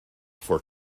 for